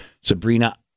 Sabrina